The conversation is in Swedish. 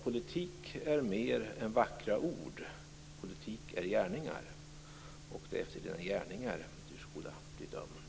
Politik är mer än vackra ord. Politik är gärningar. Det är efter dina gärningar du skall bli dömd.